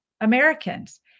Americans